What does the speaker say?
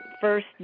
first